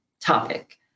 topic